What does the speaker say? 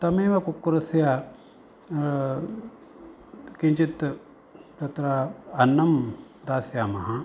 तमेव कुक्कुटस्य किञ्चत् तत्र अन्नं दास्यामः